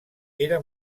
era